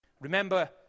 Remember